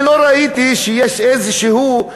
אני לא ראיתי שיש איזשהו,